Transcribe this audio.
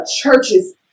churches